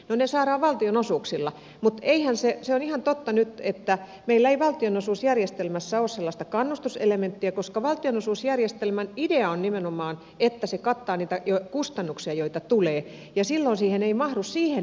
no valtionosuuksilla mutta se on ihan totta nyt että meillä ei valtionosuusjärjestelmässä ole sellaista kannustuselementtiä koska valtionosuusjärjestelmän idea on nimenomaan että se kattaa niitä kustannuksia joita tulee ja silloin se ei mahdu siihen ideaan